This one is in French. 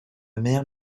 mère